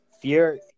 Fear